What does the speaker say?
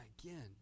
again